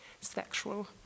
sexual